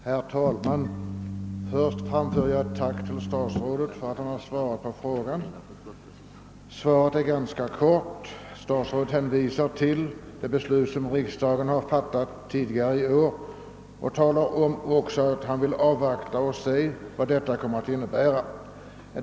Herr talman! Först framför jag ett tack till statsrådet för att han har svarat på frågan. Svaret är ganska kort. Statsrådet hänvisar till det beslut som riksdagen har fattat tidigare i år och säger att han vill avvakta och se vad detta kommer att innebära.